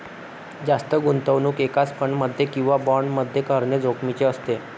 जास्त गुंतवणूक एकाच फंड मध्ये किंवा बॉण्ड मध्ये करणे जोखिमीचे असते